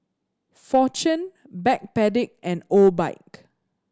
Fortune Backpedic and Obike